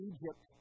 Egypt